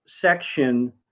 section